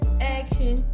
action